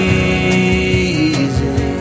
easy